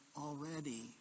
already